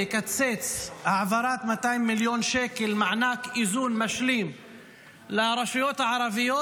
לקצץ העברת 200 מיליון שקל מענק איזון משלים לרשויות הערביות,